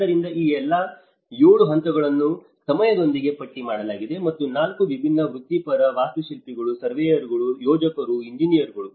ಆದ್ದರಿಂದ ಈ ಎಲ್ಲಾ 7 ಹಂತಗಳನ್ನುಸಮಯದೊಂದಿಗೆ ಪಟ್ಟಿ ಮಾಡಲಾಗಿದೆ ಮತ್ತು 4 ವಿಭಿನ್ನ ವೃತ್ತಿಪರರು ವಾಸ್ತುಶಿಲ್ಪಿಗಳು ಸರ್ವೇಯರ್ಗಳು ಯೋಜಕರು ಎಂಜಿನಿಯರ್ಗಳು